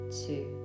two